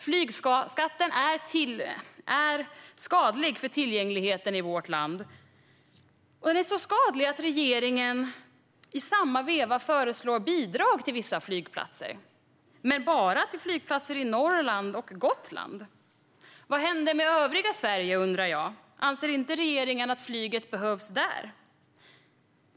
Flygskatten är skadlig för tillgängligheten i vårt land. Den är så skadlig att regeringen i samma veva föreslår bidrag till vissa flygplatser, men bara till flygplatser i Norrland och på Gotland. Jag undrar: Vad hände med övriga Sverige? Anser inte regeringen att flyget behövs där?